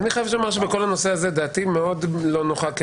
אני חייב לומר שבכל הנושא הזה דעתי מאוד לא נוחה.